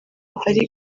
hari